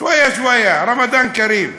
שווייה שווייה, רמדאן כרים.